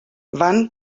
van